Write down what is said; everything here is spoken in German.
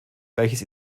welches